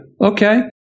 okay